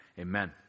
Amen